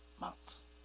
months